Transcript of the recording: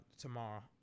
tomorrow